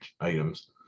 items